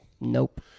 Nope